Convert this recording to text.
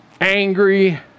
angry